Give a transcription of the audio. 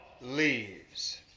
leaves